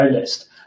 list